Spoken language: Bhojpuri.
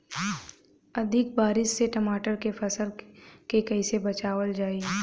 अधिक बारिश से टमाटर के फसल के कइसे बचावल जाई?